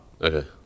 Okay